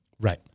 Right